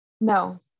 No